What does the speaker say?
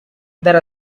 there